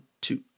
two